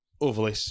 overly